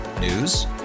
News